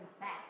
back